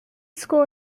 school